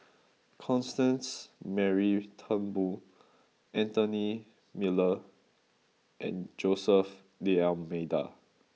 Constance Mary Turnbull Anthony Miller and Jose D'almeida